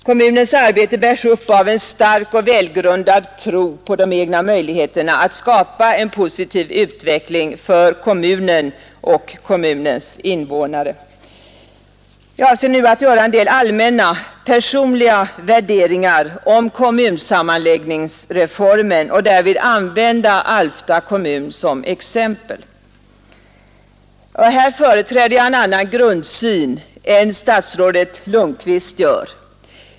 Kommunens arbete bärs upp av en stark och välgrundad tro på de egna möjligheterna att skapa en positiv utveckling för kommunen och kommunens invånare. Jag avser nu att göra en del allmänna personliga värderingar om kommunsammanläggningsreformen och därvid använda Alfta kommun som exempel. Här företräder jag en annan grundsyn än statsrådet Lundkvist gör.